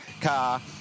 car